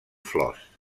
flors